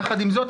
יחד עם זאת,